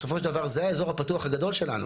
בסופו של דבר זה האזור הפתוח הגדול שלנו,